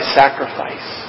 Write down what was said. sacrifice